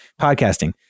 podcasting